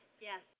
Yes